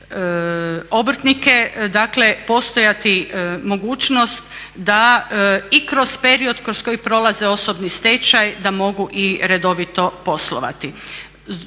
obrtnike dakle postojati mogućnost da i kroz period kroz koji prolaze osobni stečaj da mogu i redovito poslovati.